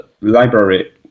library